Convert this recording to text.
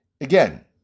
again